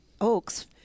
oaks